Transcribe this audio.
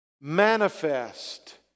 manifest